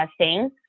testing